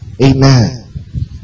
Amen